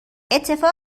اتفاق